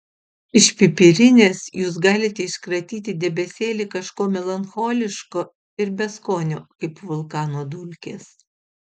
iš pipirinės jūs galite iškratyti debesėlį kažko melancholiško ir beskonio kaip vulkano dulkės